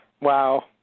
Wow